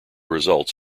results